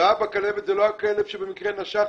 הבעיה בכלבת זה לא הכלב שבמקרה נשך